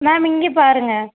ma'am இங்கே பாருங்க